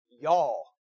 y'all